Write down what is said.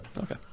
Okay